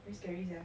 very scary sia